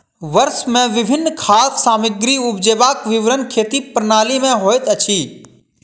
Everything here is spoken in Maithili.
वर्ष मे विभिन्न खाद्य सामग्री उपजेबाक विवरण खेती प्रणाली में होइत अछि